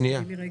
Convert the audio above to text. שנייה.